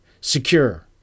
secure